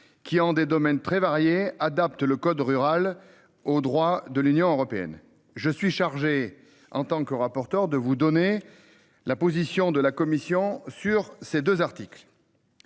qui en des domaines très variés adapte le code rural au droit de l'Union européenne. Je suis chargé en tant que rapporteur de vous donner la position de la commission sur ces 2 articles.